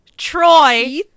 Troy